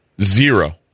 Zero